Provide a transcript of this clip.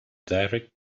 direct